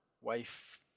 wife